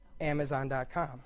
Amazon.com